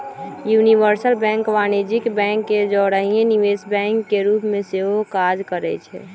universal bank वाणिज्यिक bank के जौरही निवेश बैंक के रूप में सेहो काज करइ छै